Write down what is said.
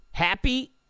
happy